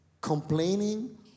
Complaining